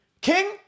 King